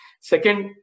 second